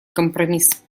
компромисс